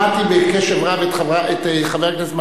שמעתי בקשב רב את חבר הכנסת מגלי.